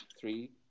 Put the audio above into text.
three